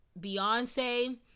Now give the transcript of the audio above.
Beyonce